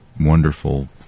wonderful